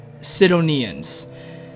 Sidonians